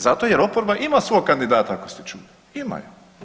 Zato jer oporba ima svog kandidata ako ste čuli, imaju.